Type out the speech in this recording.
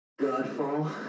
Godfall